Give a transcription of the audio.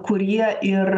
kurie ir